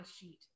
sheet